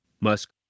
Musk